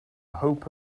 hope